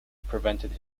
prevented